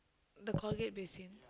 the colgate basin